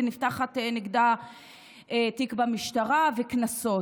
ונפתח נגדה תיק במשטרה ומוטלים